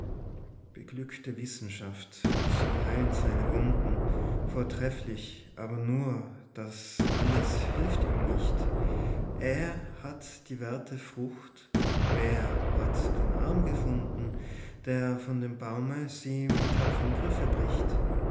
beglückte wissenschaft so heilen seine wunden vortrefflich aber nur das alles hilft ihm nicht er hat die werte frucht wer hat den arm gefunden der von dem baume sie mit tapferm griffe bricht